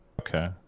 Okay